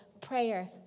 prayer